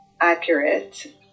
accurate